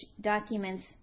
documents